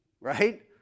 right